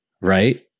right